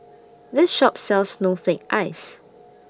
This Shop sells Snowflake Ice